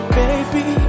baby